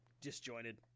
disjointed